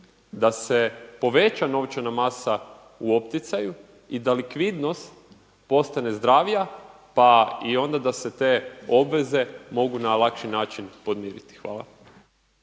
da se poveća novčana masa u opticaju i da likvidnost postane zdravija pa i onda da se te obveze mogu na lakši način podmiriti? Hvala.